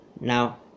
Now